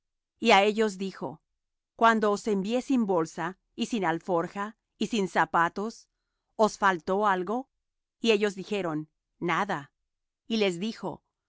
á ellos dijo cuando os envié sin bolsa y sin alforja y sin zapatos os faltó algo y ellos dijeron nada y les dijo